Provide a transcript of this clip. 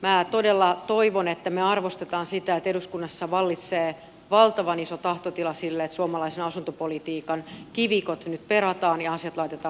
minä todella toivon että me arvostamme sitä että eduskunnassa vallitsee valtavan iso tahtotila sille että suomalaisen asuntopolitiikan kivikot nyt perataan ja asiat laitetaan kuntoon